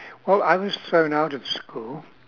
well I was thrown out of school